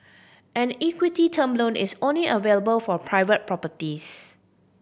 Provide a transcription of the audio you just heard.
an equity term loan is only available for private properties